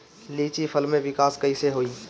लीची फल में विकास कइसे होई?